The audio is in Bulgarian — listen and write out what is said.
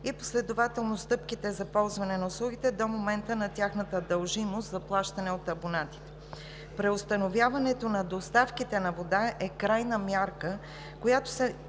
и последователно стъпките за ползване на услугите до момента на тяхната дължимост за плащане от абонатите. Преустановяването на доставките на вода е крайна мярка, която се